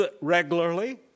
regularly